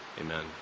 Amen